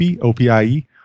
O-P-I-E